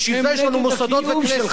בשביל זה יש לנו מוסדות בכנסת.